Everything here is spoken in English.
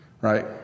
Right